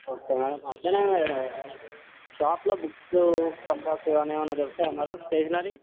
okay madam అట్ల షాపులో books compass కానీ ఏమన్న దొరుకుతాయా మేడం స్టేషనరీ